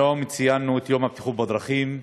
היום ציינו את יום הבטיחות בדרכים.